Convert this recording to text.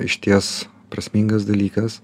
išties prasmingas dalykas